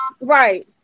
Right